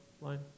line